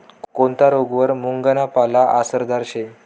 कोनता रोगवर मुंगना पाला आसरदार शे